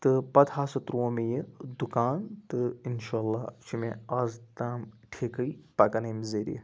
تہٕ پَتہٕ ہَسا ترٛوٗو مےٚ یہِ دُکان تہٕ اِنشاء اللہ چھُ مےٚ آز تام ٹھیٖکھٕے پَکان أمہِ ذٔریعہٕ